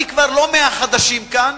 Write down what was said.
אני כבר לא מהחדשים כאן,